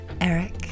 Eric